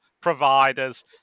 providers